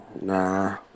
Nah